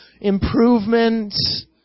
improvements